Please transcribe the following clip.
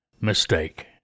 mistake